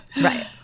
right